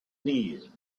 knees